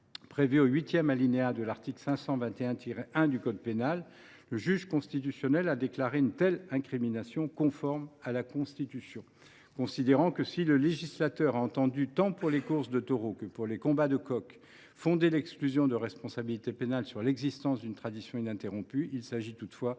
prévue au huitième alinéa de l’article 521 1 du code pénal, le juge constitutionnel a déclaré une telle incrimination conforme à la Constitution, considérant que « si le législateur a entendu, tant pour les courses de taureaux que pour les combats de coqs, fonder l’exclusion de responsabilité pénale sur l’existence d’une tradition ininterrompue, il s’agit toutefois de pratiques